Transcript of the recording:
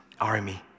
army